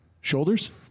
Shoulders